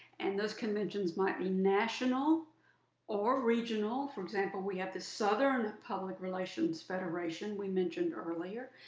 and those conventions might be national or regional. for example, we have the southern public relations federation, we mentioned earlier,